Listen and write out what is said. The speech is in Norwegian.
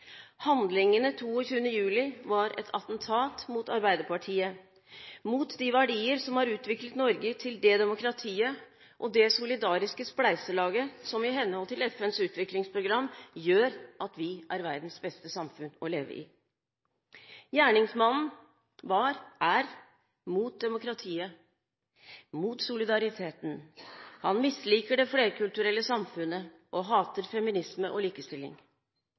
Handlingene 22. juli var et attentat mot Arbeiderpartiet og mot de verdier som har utviklet Norge til det demokratiet og det solidariske spleiselaget som, i henhold til FNs utviklingsprogram, gjør at vi er verdens beste samfunn å leve i. Gjerningsmannen var – er – mot demokratiet, mot solidariteten. Han misliker det flerkulturelle samfunnet og hater feminisme og likestilling.